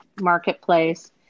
marketplace